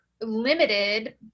limited